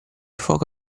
fuoco